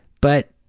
but,